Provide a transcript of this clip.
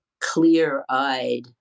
clear-eyed